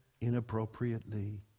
inappropriately